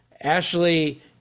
Ashley